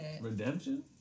Redemption